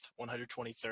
123rd